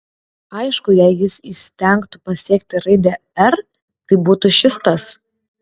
aišku jei jis įstengtų pasiekti raidę r tai būtų šis tas